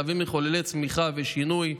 להביא מחוללי צמיחה ושינוי,